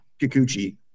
Kikuchi